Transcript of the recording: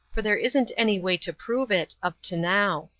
for there isn't any way to prove it up to now.